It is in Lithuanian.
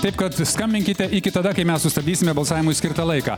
taip kad skambinkite iki tada kai mes sustabdysime balsavimui skirtą laiką